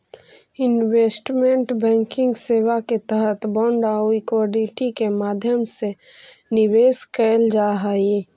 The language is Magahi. इन्वेस्टमेंट बैंकिंग सेवा के तहत बांड आउ इक्विटी के माध्यम से निवेश कैल जा हइ